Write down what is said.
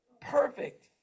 perfect